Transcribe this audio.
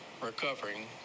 recovering